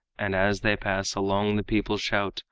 and as they pass along the people shout,